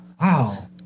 Wow